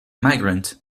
migrant